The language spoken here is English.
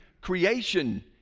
creation